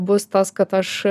bus tas kad aš